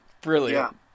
Brilliant